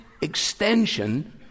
extension